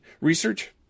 research